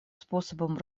способом